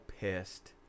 pissed